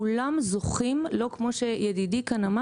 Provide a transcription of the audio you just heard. כולם זוכים לא כמו שאמר ידידי כאן